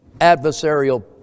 adversarial